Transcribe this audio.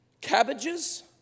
cabbages